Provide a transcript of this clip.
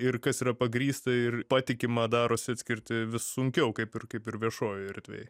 ir kas yra pagrįsta ir patikima darosi atskirti vis sunkiau kaip ir kaip ir viešojoj erdvėj